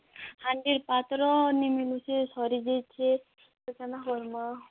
ହାଣ୍ଡିପାତ୍ର ନେଇ ମିଲୁଛେ ସରି ଯାଇଛେ କେନ କରିବାଁ